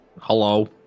Hello